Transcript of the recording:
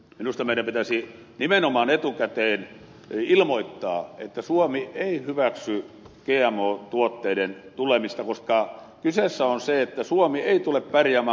minusta meidän pitäisi nimenomaan etukäteen ilmoittaa että suomi ei hyväksy gmo tuotteiden tulemista koska kysymys on siitä että suomi ei tule pärjäämään bulkkituotannolla